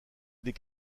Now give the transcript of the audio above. des